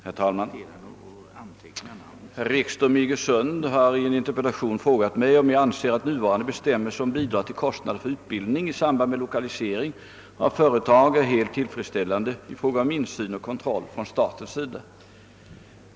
Herr talman! Herr Ekström i Iggesund har i en interpellation frågat mig, om jag anser att nuvarande bestämmelser om bidrag till kostnader för utbildning i samband med lokalisering av företag är helt tillfredsställande i fråga om insyn och kontroll från statens sida.